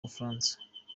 bufaransa